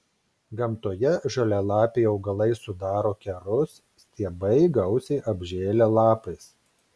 gamtoje žalialapiai augalai sudaro kerus stiebai gausiai apžėlę lapais